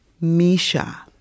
Misha